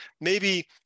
maybe-